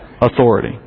authority